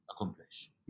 Accomplish